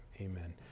Amen